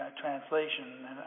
translation